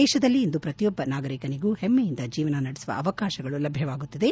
ದೇತದಲ್ಲಿ ಇಂದು ಪ್ರತಿಯೊಬ್ಬ ನಾಗರಿಕನಿಗೂ ಗರ್ವದಿಂದ ಜೀವನ ನಡೆಸುವ ಅವಕಾಶಗಳು ಲಭ್ಯವಾಗುತ್ತಿದೆ